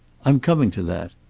i'm coming to that.